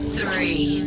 Three